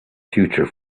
future